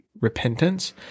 repentance